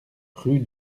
rue